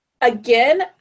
again